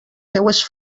seues